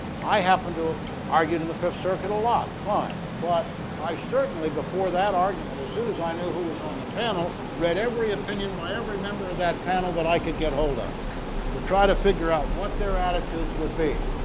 i happened to have ah argued in the fifth circuit a lot fine. but i certainly before that argument as soon as i knew who was on the panel read every opinion by every member of that panel that i could get hold of to try to figure out what their attitudes would be,